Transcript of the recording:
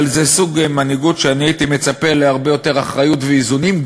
אבל זה סוג מנהיגות שאני הייתי מצפה להרבה יותר אחריות ואיזונים,